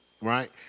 right